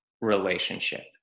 relationship